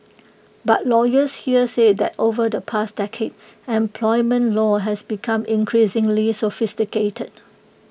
but lawyers here say that over the past decade employment law has become increasingly sophisticated